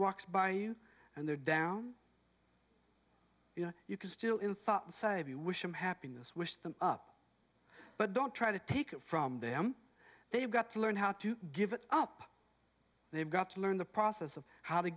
walks by you and they're down you know you can still in thought save you wish them happiness wish them up but don't try to take it from them they've got to learn how to give it up they've got to learn the process of how to